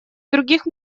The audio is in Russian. других